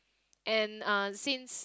and uh since